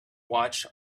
watch